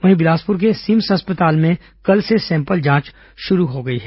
वहीं बिलासपुर के सिम्स अस्पताल में कल से सैंपल जांच शुरू हो गई है